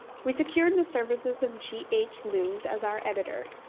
we secured the services of g. h. lewes as our editor.